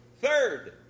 Third